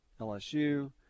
LSU